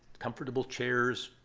comfortable chairs,